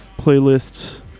playlists